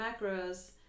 macros